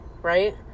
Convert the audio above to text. right